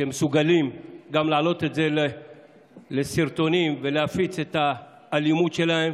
שמסוגלים גם להעלות את זה לסרטונים ולהפיץ את האלימות שלהם.